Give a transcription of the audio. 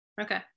Okay